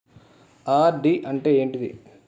RD అంటే ఏంటిది?